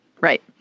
Right